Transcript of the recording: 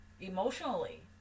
emotionally